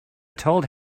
told